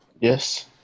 Yes